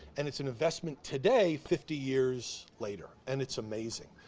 and it's an investment today, fifty years later and it's amazing.